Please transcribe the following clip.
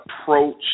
approach